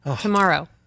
tomorrow